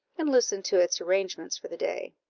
and listen to its arrangements for the day.